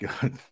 good